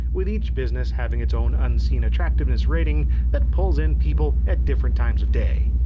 with each business having its own unseen attractiveness rating that pulls in people at different times of day.